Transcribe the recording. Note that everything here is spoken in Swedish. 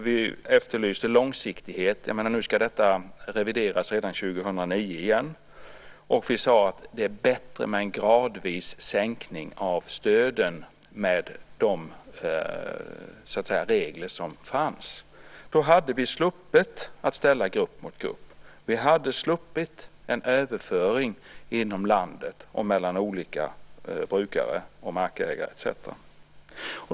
Vi efterlyste långsiktighet. Nu ska detta revideras redan 2009 igen. Vi sade att det var bättre med en gradvis sänkning av stöden med de regler som fanns. Då hade vi sluppit ställa grupp mot grupp. Vi hade sluppit en överföring inom landet och mellan olika brukare, markägare etcetera.